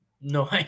no